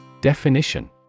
Definition